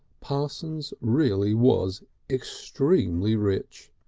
parsons really was extremely rich.